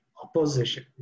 opposition